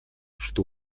что